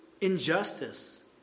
injustice